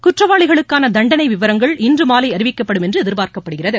குற்றவாளிகளுக்கான தண்டளை விவரங்கள் இன்று மாலை அறிவிக்கப்படும் என்று எதிர்பார்க்கப்படுகிறது